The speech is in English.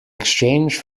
exchange